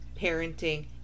parenting